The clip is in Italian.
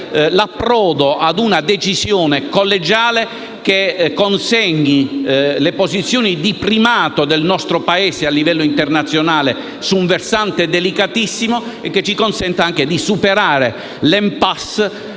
l'approdo a una decisione collegiale che consegni una posizione di primato del nostro Paese, a livello internazionale, su un versante delicatissimo. Una decisione che ci permetta anche di superare l'*impasse*